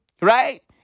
right